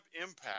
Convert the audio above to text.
impact